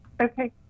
okay